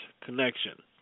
Connection